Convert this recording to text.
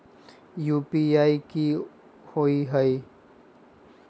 UPI कि होअ हई?